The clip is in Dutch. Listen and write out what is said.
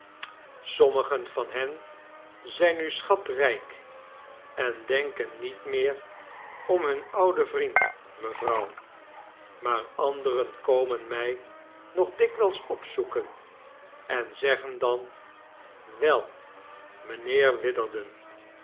sommigen van hen zijn nu schatrijk en denken niet meer om hun ouden vriend mevrouw maar anderen komen mij nog dikwijls opzoeken en zeggen dan wel mijnheer